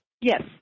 Yes